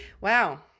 wow